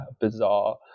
bizarre